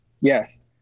Yes